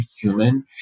human